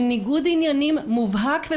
אני מסכימה שלגבי המליאה הדברים הם מובהקים